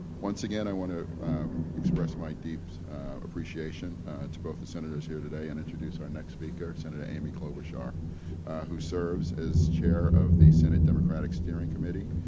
once again, i want to express my deep appreciation to both the senators here today and introduce our next speaker, senator amy klobuchar who serves as chair of the senate democratic steering committee.